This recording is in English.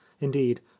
indeed